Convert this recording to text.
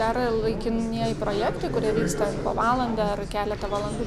dar laikinieji projektai kurie vyksta po valandą ar keletą valandų